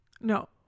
No